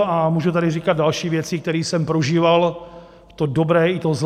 A můžu tady říkat další věci, které jsem prožíval, to dobré i to zlé.